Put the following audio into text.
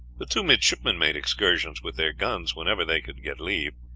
the two midshipmen made excursions with their guns whenever they could get leave.